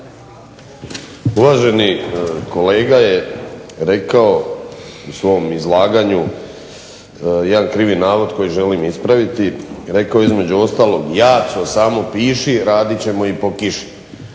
Uvaženi kolega je rekao u svom izlaganju jedan krivi navod koji želim ispraviti, rekao je između ostalog "Jaco samo piši radit ćemo i po kiši",